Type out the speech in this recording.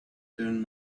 turn